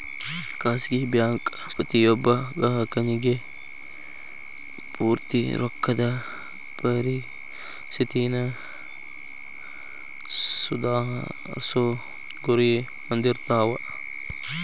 ಖಾಸಗಿ ಬ್ಯಾಂಕ್ ಪ್ರತಿಯೊಬ್ಬ ಗ್ರಾಹಕನಿಗಿ ಪೂರ್ತಿ ರೊಕ್ಕದ್ ಪರಿಸ್ಥಿತಿನ ಸುಧಾರ್ಸೊ ಗುರಿ ಹೊಂದಿರ್ತಾವ